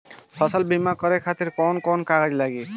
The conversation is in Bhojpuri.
फसल बीमा करे खातिर कवन कवन कागज लागी?